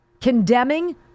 condemning